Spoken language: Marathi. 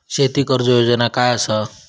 शेती कर्ज योजना काय असा?